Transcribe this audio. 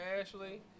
Ashley